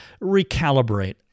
recalibrate